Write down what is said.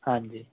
ਹਾਂਜੀ